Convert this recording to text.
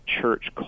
church